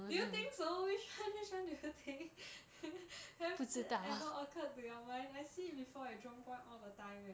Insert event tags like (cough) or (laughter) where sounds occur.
do you think so which one which one do you think (laughs) has it ever occurred to your mind I see it before at jurong point all the time eh